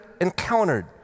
encountered